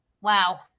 Wow